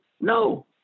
No